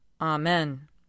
Amen